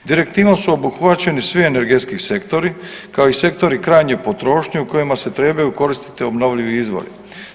Direktivom su obuhvaćeni svi energetski sektori, kao i sektori krajnje potrošnje u kojima se trebaju koristiti obnovljivi izvori.